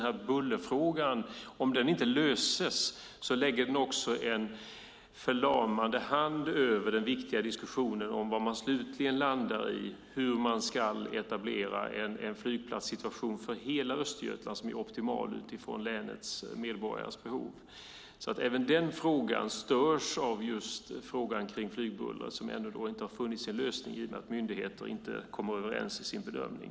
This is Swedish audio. Om bullerfrågan inte löses lägger den en förlamande hand över den viktiga diskussionen om hur man ska etablera en flygplats för hela Östergötland som är optimal utifrån länets medborgares behov. Även den frågan störs av frågan om flygbullret som ännu inte har funnit sin lösning i och med att myndigheter inte kommer överens i sin bedömning.